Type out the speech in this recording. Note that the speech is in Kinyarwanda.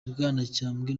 bwanacyambwe